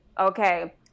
okay